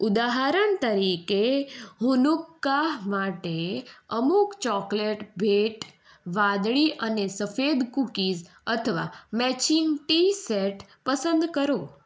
ઉદાહરણ તરીકે હુનુંકાહ માટે અમુક ચોકલેટ ભેટ વાદળી અને સફેદ કૂકીઝ અથવા મેચિંગ ટી સેટ પસંદ કરો